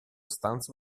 stanza